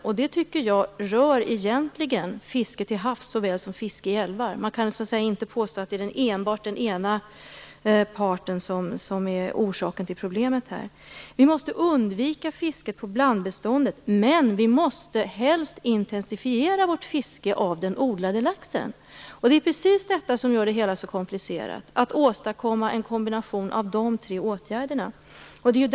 Jag tycker att det egentligen rör såväl fiske till havs som fiske i älvar. Man kan inte påstå att enbart den ena parten så att säga är orsaken till problemet här. Vi måste undvika fiske på blandbeståndet. Helst måste vi intensifiera vårt fiske av odlad lax, men det är just detta med att åstadkomma en kombination av de tre åtgärderna som gör det hela så komplicerat.